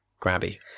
grabby